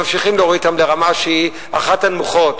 ממשיכים להוריד אותם לרמה שהיא אחת הנמוכות